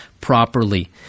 properly